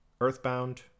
Earthbound